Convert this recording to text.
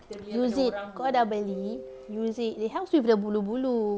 use it kau dah beli use it it helps with the bulu-bulu